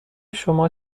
شما